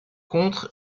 contre